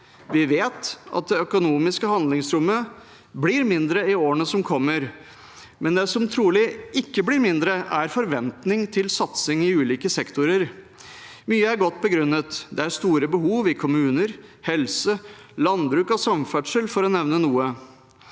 Vi vet at det økonomiske handlingsrommet blir mindre i årene som kommer, men det som trolig ikke blir mindre, er forventningen til satsing i ulike sektorer. Mange satsinger er godt begrunnet. Det er store behov i kommuner, innen helse, landbruk og samferdsel, for å nevne noe.